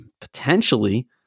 potentially